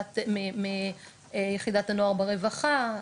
מיחידת הנוער ברווחה,